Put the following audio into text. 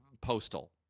postal